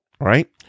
right